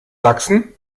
sachsen